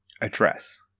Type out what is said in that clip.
Address